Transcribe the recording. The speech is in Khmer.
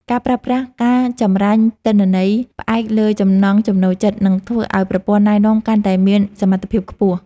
ការប្រើប្រាស់ ការចម្រាញ់ទិន្នន័យផ្អែកលើចំណង់ចំណូលចិត្ត នឹងធ្វើឱ្យប្រព័ន្ធណែនាំកាន់តែមានសមត្ថភាពខ្ពស់។